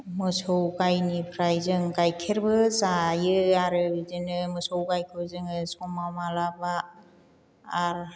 मोसौ गायनिफ्राय जों गाइखेरबो जायो आरो बिदिनो मोसौ गायखौ जोङो समाव माब्लाबा आरो